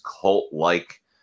cult-like